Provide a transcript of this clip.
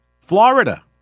Florida